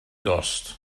dost